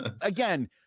Again